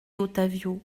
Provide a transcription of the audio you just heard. ottavio